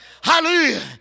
Hallelujah